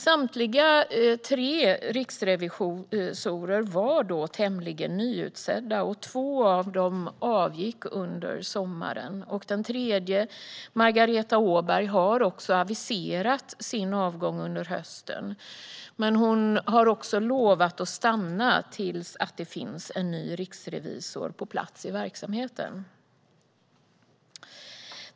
Samtliga tre riksrevisorer var då tämligen nyutsedda, och två av dem avgick under sommaren. Den tredje, Margareta Åberg, har aviserat sin avgång men har lovat att stanna tills det finns ny riksrevisor på plats i verksamheten.